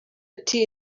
ati